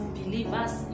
believers